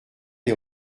les